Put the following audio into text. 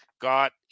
got